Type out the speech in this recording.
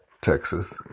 Texas